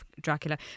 Dracula